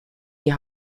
die